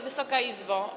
Wysoka Izbo!